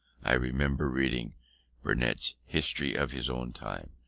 i remember reading burnet's history of his own time,